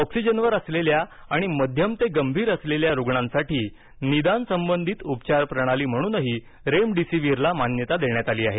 ऑक्सिजनवर असलेल्या आणि मध्यम ते गंभीर असलेल्या रुग्णांसाठी निदानसंबंधित उपचारप्रणाली म्हणूनही रेमडिसिव्हिरला मान्यता देण्यात आली आहे